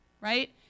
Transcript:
right